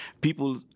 people